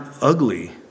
ugly